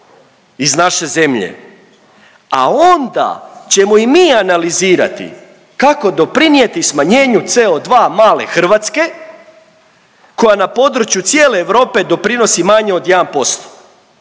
iz naše zemlje, a onda ćemo i mi analizirati kako doprinijeti smanjenju CO2 male Hrvatske koja na području cijele Europe doprinosi manje od 1%.